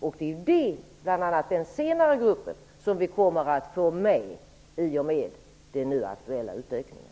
Det är bl.a. den senare gruppen vi kommer att få med, genom den nu aktuella utökningen.